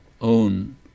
own